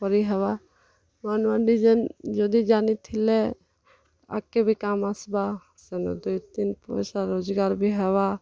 କରିହେବା ନୁଆଁ ନୁଆଁ ଡ଼ିଜାଇନ୍ ଯଦି ଜାଣିଥିଲେ ଆଗ୍କେ ବି କାମ୍ ଆସ୍ବା ସେନୁ ଦୁଇ ତିନ୍ ପଏସା ରୋଜ୍ଗାର୍ ବି ହେବା